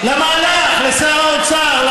על המהלך, לשר האוצר.